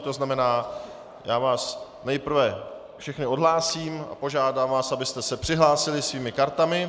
To znamená, já vás nejprve všechny odhlásím a požádám vás, abyste se přihlásili svými kartami.